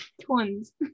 Twins